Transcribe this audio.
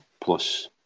plus